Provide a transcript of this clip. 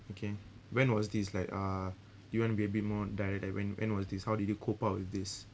okay when was this like uh do you wanna be a bit more direct when when was this how did you cope up with this